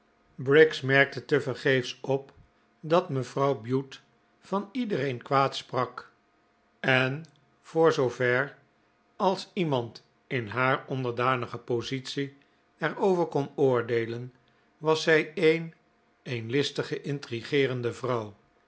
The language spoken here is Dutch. briggs merkte tevergeefs op dat mevrouw bute van iedereen kwaad sprak en voor zoover als iemand in haar onderdanige positie er over kon oordeelen was zij een een listige intrigeerende vrouw